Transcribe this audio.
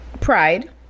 Pride